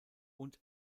und